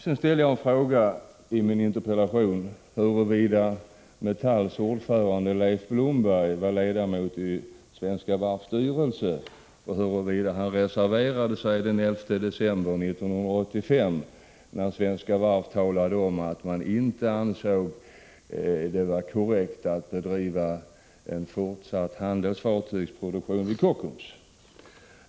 Jag ställde i min interpellation en fråga om Metalls ordförande Leif Blomberg var ledamot av Svenska Varvs styrelse och om han i så fall reserverade sig den 11 december 1985, när Svenska Varv talade om att man inte ansåg det vara korrekt att fortsätta med handelsfartygsproduktion vid Kockums.